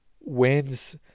wins